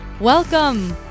Welcome